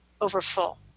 overfull